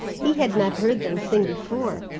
he had not heard them sing before.